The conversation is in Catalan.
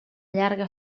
llarga